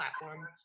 platform